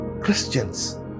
Christians